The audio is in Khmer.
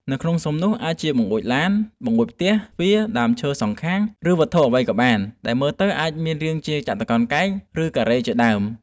នៅក្នុងស៊ុមនោះ អាចជាបង្អួចឡាន បង្អួចផ្ទះ ទ្វារ ដើមឈើសង្ខាង ឬវត្ថុអ្វីក៏បាន ដែលមើលទៅអាចមានរាងចតុកោណកែង ឬ ការ៉េ ជាដើម។